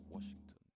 Washington